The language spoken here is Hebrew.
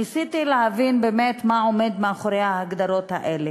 ניסיתי להבין באמת מה עומד מאחורי ההגדרות האלה,